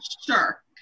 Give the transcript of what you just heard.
Sure